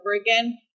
again